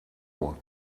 moi